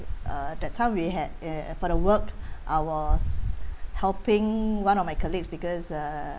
uh that time we had uh for the work I was helping one of my colleagues because uh